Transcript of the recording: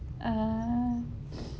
uh